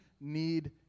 need